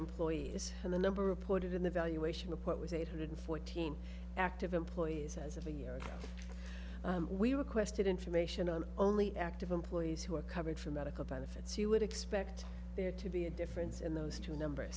employees and the number of put it in the valuation report was eight hundred fourteen active employees as of a year ago we requested information on only active employees who are covered for medical benefits you would expect there to be a difference in those two numbers